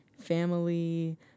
family